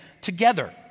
together